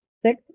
Six